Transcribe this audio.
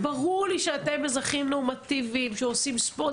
וברור לי שאתם אזרחים נורמטיביים שעושים ספורט,